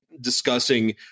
discussing